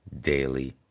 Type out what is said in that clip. daily